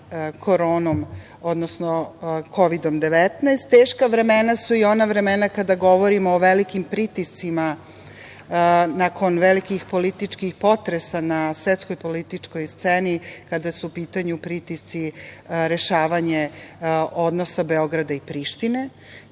Koronom, odnosno Kovidom-19, teška vremena su i ona vremena kada govorimo o velikim pritiscima nakon velikih političkih potresa na svetskoj političkoj sceni, kada su u pitanju pritisci rešavanja odnosa Beograda i Prištine.